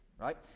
right